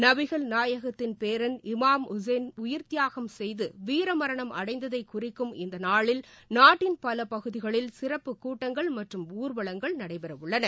நபிகள் நாயகத்தின் நாட்டின் பல்வேறு பகுதிகளில் பேரன் இமாம் உசேன் உயிர் தியாகம் செய்து வீர மரணம் அடைந்ததை குறிக்கும் இந்த நாளில் நாட்டின் பல பகுதிகளில் சிறப்பு கூட்டங்கள் மற்றும் ஊர்வலங்கள் நடைபெறவுள்ளன